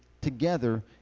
together